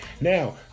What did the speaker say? Now